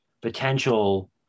potential